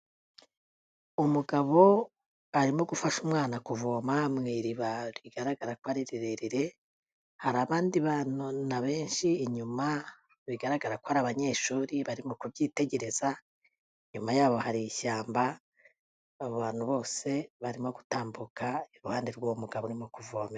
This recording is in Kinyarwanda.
Umugabo arimo gufasha umwana kuvoma mu iriba rigaragara ko ari rirerire, hari abandi bana benshi inyuma bigaragara ko ari aba abanyeshuri barimo ku byitegereza, inyuma yabo hari ishyamba, abantu bose barimo gutambuka iruhande rw'uwo mugabo arimo kuvomera.